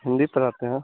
हिन्दी पढ़ाते हैं